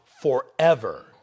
forever